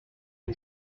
est